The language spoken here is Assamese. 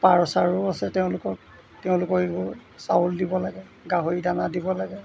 পাৰ চাৰও আছে তেওঁলোকক তেওঁলোকৰ এইবোৰ চাউল দিব লাগে গাহৰি দানা দিব লাগে